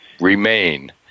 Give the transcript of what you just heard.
remain